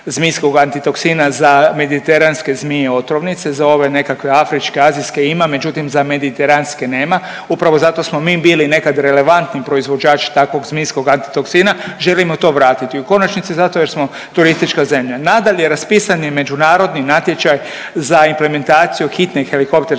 za mediteranske zmije otrovnice, za ove nekakve afričke, azijske ima međutim za mediteranske nema. Upravo zato smo mi bili nekad relevantni proizvođač takvog zmijskog antitoksina, želimo to vratiti u konačnici zato jer smo turistička zemlja. Nadalje, raspisan je međunarodni natječaj za implementaciju hitne helikopterske